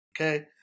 Okay